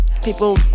People